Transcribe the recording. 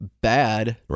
bad